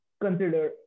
consider